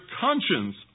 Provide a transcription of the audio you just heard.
conscience